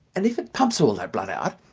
and if it pumps all that blood out,